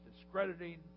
discrediting